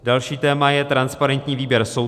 Další téma je transparentní výběr soudců.